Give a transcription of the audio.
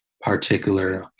particular